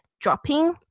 dropping